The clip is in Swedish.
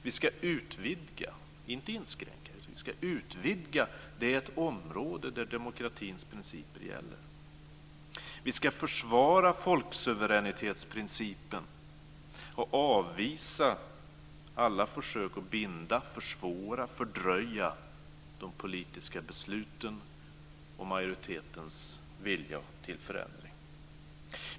Vi ska utvidga, inte inskränka, det område där demokratins principer gäller. Vi ska försvara folksuveränitetsprincipen och avvisa alla försök att binda, försvåra och fördröja de politiska besluten och majoritetens vilja till förändring.